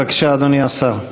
בבקשה, אדוני השר.